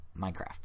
Minecraft